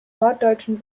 norddeutschen